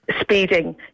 speeding